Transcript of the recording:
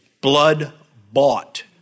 blood-bought